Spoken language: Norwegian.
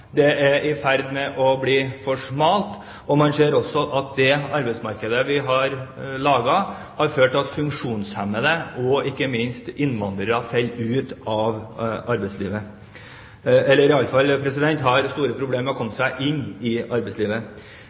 det er i ferd med å bli for smalt, og man ser også at det arbeidsmarkedet vi har laget, har ført til at funksjonshemmede, og ikke minst innvandrere, faller ut av arbeidslivet, eller i alle fall har store problemer med å komme seg inn i arbeidslivet.